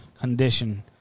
condition